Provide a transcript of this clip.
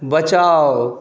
बचाउ